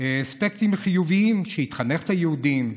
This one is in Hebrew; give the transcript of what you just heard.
אספקטים חיוביים: שהיא תחנך את היהודים,